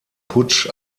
putsch